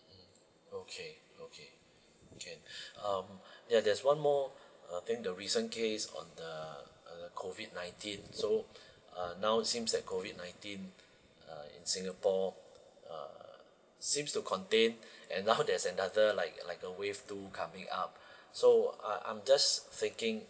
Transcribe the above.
okay okay can um there there's one more uh I think the recent case on the uh COVID nineteen uh in singapore uh seems to contain and now there's another like like a wave two coming up so uh I'm just thinking